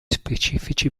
specifici